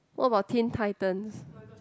what about Teen Titans